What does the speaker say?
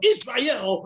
Israel